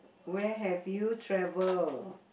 where have you travel